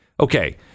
Okay